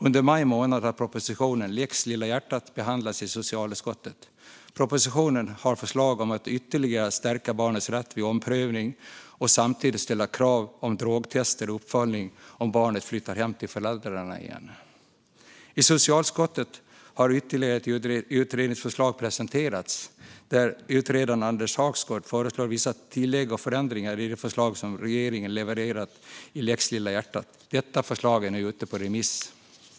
Under maj månad har propositionen om lex Lilla hjärtat behandlats i socialutskottet. I propositionen finns förslag om att ytterligare stärka barnets rätt vid omprövning och om att samtidigt ställa krav på drogtester och uppföljning om barnet flyttar hem till föräldrarna igen. I socialutskottet har ytterligare ett utredningsförslag presenterats, där utredaren Anders Hagsgård föreslår vissa tillägg och förändringar i det förslag som regeringen har levererat i propositionen om lex Lilla hjärtat. Detta förslag är nu ute på remiss. Herr talman!